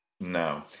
No